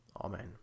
Amen